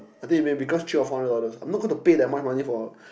I think maybe because three or four hundred dollars I'm not gonna pay that much money for